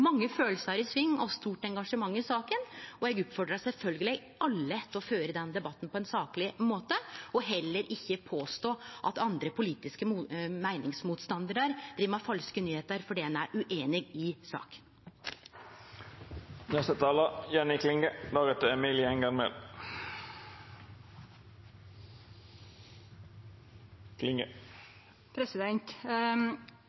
mange følelsar i sving og stort engasjement i saka. Eg oppmodar sjølvsagt alle til å føre debatten på ein sakleg måte og heller ikkje påstå at politiske meiningsmotstandarar driv med falske nyheiter fordi ein er ueinig i